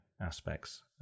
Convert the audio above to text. aspects